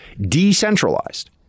decentralized